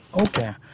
Okay